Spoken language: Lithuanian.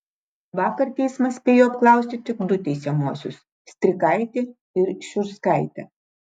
vakar teismas spėjo apklausti tik du teisiamuosius strikaitį ir šiurskaitę